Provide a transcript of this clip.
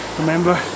remember